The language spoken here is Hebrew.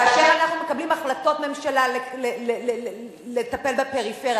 כאשר אנחנו מקבלים החלטות ממשלה לטפל בפריפריה,